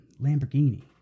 Lamborghini